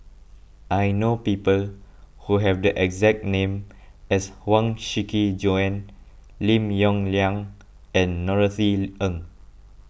I know people who have the exact name as Huang Shiqi Joan Lim Yong Liang and Norothy Ng